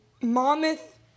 Monmouth